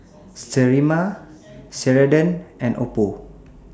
Sterimar Ceradan and Oppo